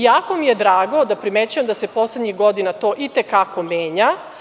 Jako mi je drago da primećujem da se poslednjih godina to i te kako menja.